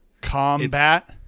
Combat